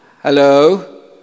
Hello